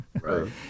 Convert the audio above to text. Right